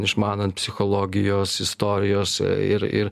išmanant psichologijos istorijos ir ir